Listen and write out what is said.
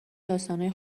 داستانای